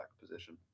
position